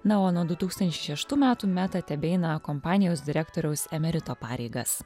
na o nuo du tūkstančiai šeštų metų meta tebeina kompanijos direktoriaus emerito pareigas